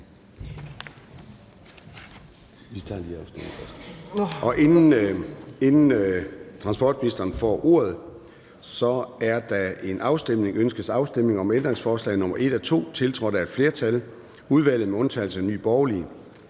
Formanden (Søren Gade): Ønskes afstemning om ændringsforslag nr. 1 og 2, tiltrådt af et flertal (udvalget med undtagelse af Nye Borgerlige)?